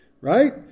right